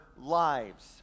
lives